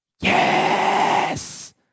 Yes